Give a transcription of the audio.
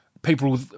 people